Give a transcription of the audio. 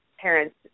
parents